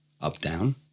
up-down